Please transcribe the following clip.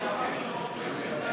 אם זה 61